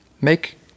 Make